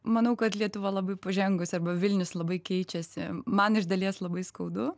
manau kad lietuva labai pažengusi arba vilnius labai keičiasi man iš dalies labai skaudu